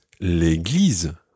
l'église